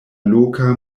loka